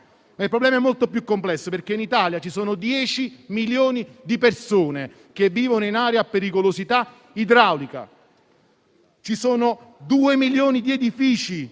il problema è molto più complesso, perché in Italia ci sono 10 milioni di persone che vivono in aree a pericolosità idraulica, 2 milioni di edifici